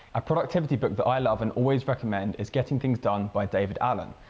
a productivity book that i love, and always recommend, is getting things done by david allen.